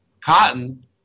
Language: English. cotton